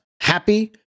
Happy